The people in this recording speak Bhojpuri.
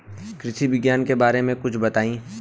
कृषि विज्ञान के बारे में कुछ बताई